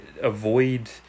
avoid